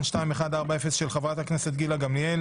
של ח"כ גילה גמליאל